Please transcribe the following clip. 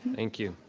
thank you,